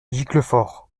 giclefort